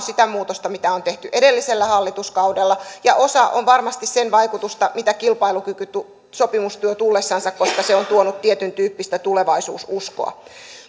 sitä muutosta mitä on tehty edellisellä hallituskaudella ja osa on varmasti sen vaikutusta mitä kilpailukykysopimus tuo tullessansa koska se on tuonut tietyntyyppistä tulevaisuususkoa